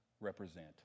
represent